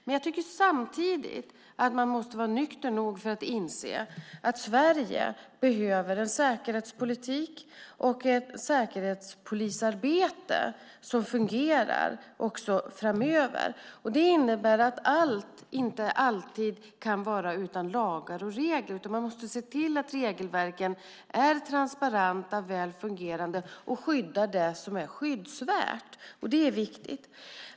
Men jag tycker samtidigt att man måste vara nykter nog att inse att Sverige behöver en säkerhetspolitik och ett säkerhetspolisarbete som fungerar också framöver. Det innebär att allt inte alltid kan vara utan lagar och regler utan att man måste se till att regelverken är transparenta och väl fungerande och skyddar det som är skyddsvärt. Det är viktigt.